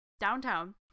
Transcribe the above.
downtown